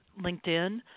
LinkedIn